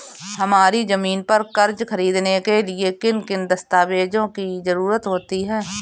हमारी ज़मीन पर कर्ज ख़रीदने के लिए किन किन दस्तावेजों की जरूरत होती है?